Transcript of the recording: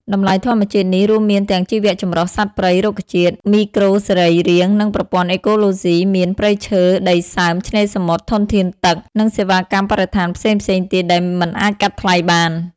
តម្លៃធម្មជាតិនេះ រួមមានទាំងជីវៈចម្រុះ សត្វព្រៃ រុក្ខជាតិ មីក្រូសរីរាង្គ និងប្រព័ន្ធអេកូឡូស៊ីមាន ព្រៃឈើ ដីសើម ឆ្នេរសមុទ្រ ធនធានទឹក និងសេវាកម្មបរិស្ថានផ្សេងៗទៀតដែលមិនអាចកាត់ថ្លៃបាន។